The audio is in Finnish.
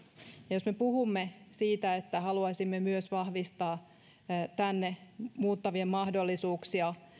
ja jos me puhumme siitä että haluaisimme vahvistaa myös tänne muuttavien mahdollisuuksia